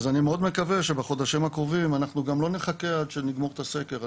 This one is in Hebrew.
אני מאוד מקווה שבחודשים הקרובים אחנו לא נחכה עד שנגמור את הסקר,